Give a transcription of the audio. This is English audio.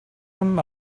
him